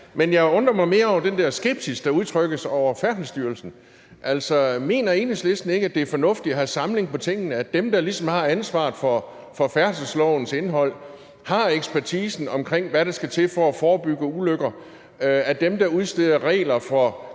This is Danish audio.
Men jeg undrer mig mere over den her skepsis, der udtrykkes over for Færdselsstyrelsen. Mener Enhedslisten ikke, at det er fornuftigt at have samling på tingene, så dem, der ligesom har ansvaret for færdselslovens indhold og har ekspertisen, i forhold til hvad der skal til for at forebygge ulykker, er dem, der udsteder regler for